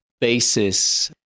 basis